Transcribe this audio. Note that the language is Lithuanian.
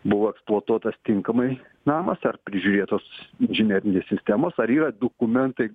buvo eksploatuotas tinkamai namas ar prižiūrėtos inžinerinės sistemos ar yra dokumentai